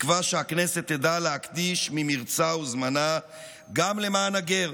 בתקווה שהכנסת תדע להקדיש ממרצה וזמנה גם למען הגר,